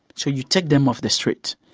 so you take them off the street,